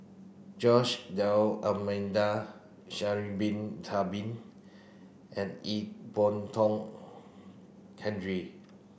Jose D'almeida Sha'ari bin Tadin and Ee Boon Kong Henry